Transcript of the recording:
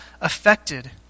affected